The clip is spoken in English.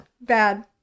bad